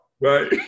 Right